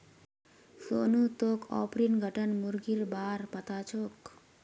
सोनू तोक ऑर्पिंगटन मुर्गीर बा र पता छोक